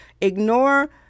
Ignore